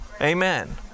Amen